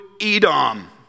Edom